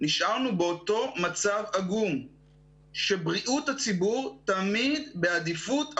נשארנו באותו מצב עגום שבריאות הציבור תמיד בעדיפות אחרונה,